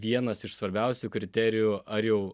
vienas iš svarbiausių kriterijų ar jau